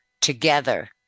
together